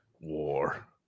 war